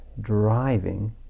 driving